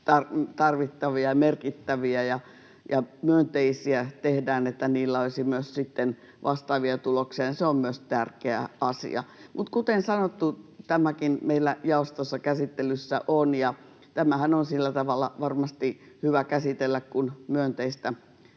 tarvittavia ja merkittäviä ja myönteisiä, tehdään, että niillä olisi myös sitten vastaavia tuloksia. Se on myös tärkeä asia. Kuten sanottu, tämäkin on meillä jaostossa käsittelyssä. Tämähän on sillä tavalla varmasti hyvä käsitellä, kun myönteistä